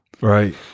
right